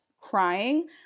crying